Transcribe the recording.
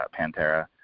Pantera